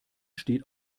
steht